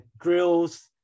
drills